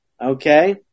Okay